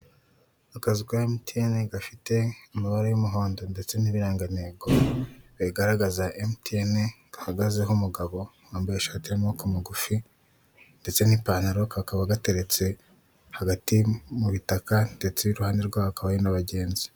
Akazu ka MTN gafite amabara y'umuhondo ndetse n'ibirangantego, bigaragaza MTN, gahagazeho umugabo wambaye ishati y'amaboko magufi ndetse n'ipantaro, kakaba gateretse hagati mu bitaka ndetse iruhande rwakaye n'abagenzi.